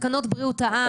תקנות בריאות העם.